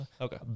Okay